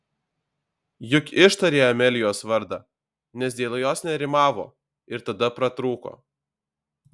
juk ištarė amelijos vardą nes dėl jos nerimavo ir tada pratrūko